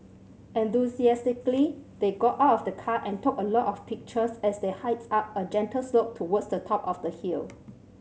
enthusiastically they got out of the car and took a lot of pictures as they hiked up a gentle slope towards the top of the hill